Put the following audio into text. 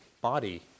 body